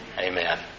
Amen